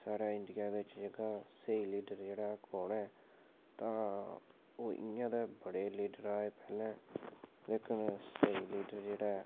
साढ़े इंड़िया बिच जेह्ड़ा स्हेई लीडर कु'न ऐ तां इ'यां ते बड़े लीडर आए लेकिन स्हेई लोडर जेह्ड़ा ऐ